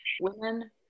Women